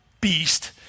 beast